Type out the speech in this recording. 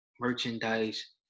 merchandise